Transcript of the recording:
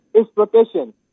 exploitation